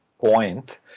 point